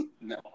No